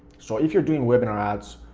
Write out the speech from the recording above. so if you're doing webinar ads,